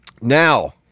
Now